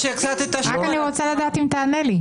אני רק רוצה לדעת אם תענה לי.